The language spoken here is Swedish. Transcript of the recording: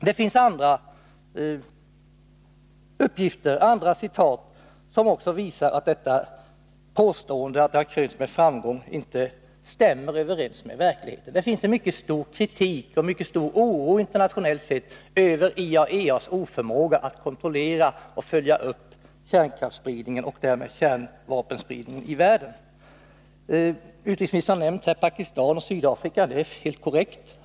Det finns också andra uppgifter som visar att påståendet att IAEA:s arbete har krönts med framgång inte stämmer med verkligheten. Det finns internationellt en mycket stark oro över IAEA:s oförmåga att kontrollera och följa upp kärnkraftsspridningen och därmed kärnvapenspridningen i världen. Utrikesministern har nämnt Pakistan och Sydafrika. Det är helt korrekt.